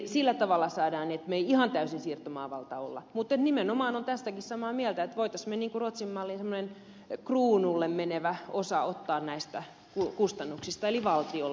eli sillä tavalla saadaan että me emme ihan täysin siirtomaavalta ole mutta nimenomaan olen tässäkin samaa mieltä että voitaisiin me niin kuin ruotsin malliin semmoinen kruunulle menevä osa ottaa näistä kustannuksista eli valtiolle